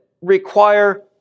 require